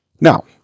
Now